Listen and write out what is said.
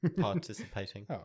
participating